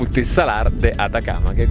like the salar de atacama,